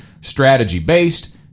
strategy-based